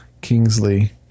Kingsley